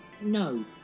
no